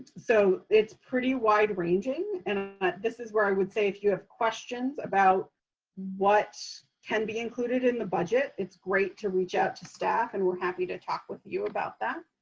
so it's pretty wide ranging. and this is where i would say if you have questions about what can be included in the budget, it's great to reach out to staff. and we're happy to talk with you about that.